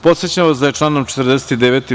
Podsećam vas da je članom 49.